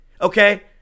Okay